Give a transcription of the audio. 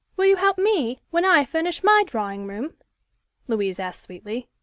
will you help me when i furnish my drawing-room louise asked sweetly.